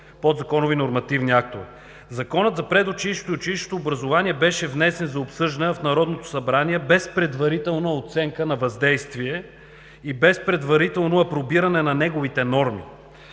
Законът за предучилищното и училищното образование беше внесен за обсъждане в Народното събрание без предварителна оценка на въздействие и без предварително апробиране на неговите норми,